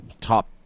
top